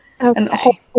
Okay